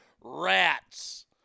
Rats